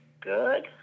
good